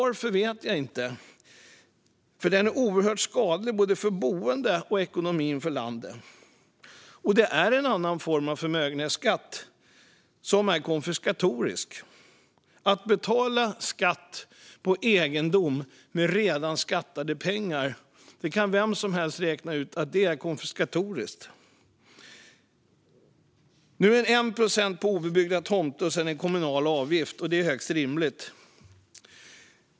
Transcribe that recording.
Varför vet jag inte, för den är oerhört skadlig både för boende och för ekonomin i landet. Den är en annan form av förmögenhetsskatt som är konfiskatorisk. Att behöva betala skatt på egendom med redan skattade pengar kan vem som helst räkna ut är konfiskatoriskt. Nu är skatten 1 procent på obebyggda tomter och sedan en kommunal avgift. Det är högst rimligt.